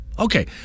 Okay